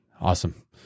Awesome